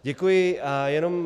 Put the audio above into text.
Děkuji, a jenom...